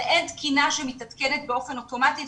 אין תקינה שמתעדכנת באופן אוטומטי,